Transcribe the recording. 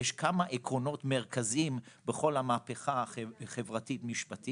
יש כמה עקרונות מרכזיים בכל המהפכה החברתית-משפטית,